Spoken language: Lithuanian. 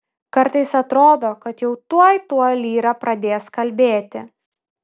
kartais atrodo kad jau tuoj tuoj lyra pradės kalbėti